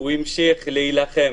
הוא המשיך להילחם.